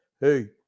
Hey